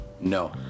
no